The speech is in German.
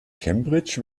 cambridge